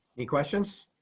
any questions?